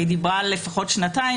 והיא דיברה על לפחות שנתיים,